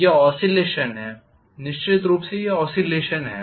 यह ऑसिलेशन है निश्चित रूप से यह ऑसिलेशन है